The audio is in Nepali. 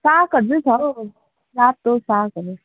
सागहरू चाहिँ छ हौ रातो सागहरू